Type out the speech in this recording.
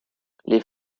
les